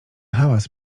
hałas